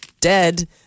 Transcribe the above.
dead